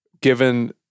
given